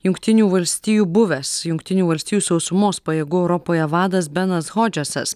jungtinių valstijų buvęs jungtinių valstijų sausumos pajėgų europoje vadas benas hodžesas